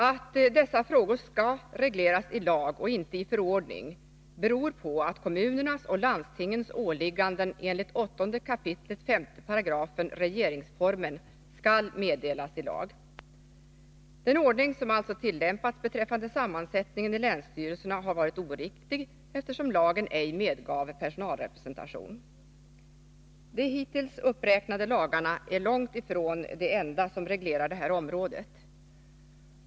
Att dessa frågor skall regleras i lag och inte i förordning beror på att kommunernas och landstingens åligganden enligt 8 kap. 5 § regeringsformen skall meddelas i lag. Den ordning som alltså tillämpats beträffande sammansättningen i länsstyrelserna har varit oriktig, eftersom lagen ej medgav personalrepresentation. De hittills uppräknade lagarna är långt ifrån de enda som reglerar det här området.